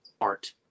art